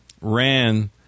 ran